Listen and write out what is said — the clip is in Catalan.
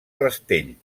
rastell